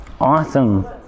Awesome